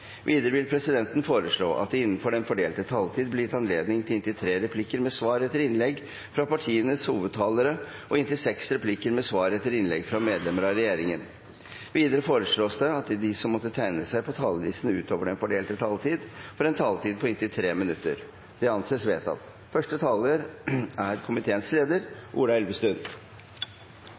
Videre vil presidenten foreslå at det – innenfor den fordelte taletid – blir gitt anledning til inntil tre replikker med svar etter innlegg fra partienes hovedtalere og inntil seks replikker med svar etter innlegg fra medlemmer av regjeringen. Videre foreslås det at de som måtte tegne seg på talerlisten utover den fordelte taletid, får en taletid på inntil 3 minutter. – Det anses vedtatt. Norge er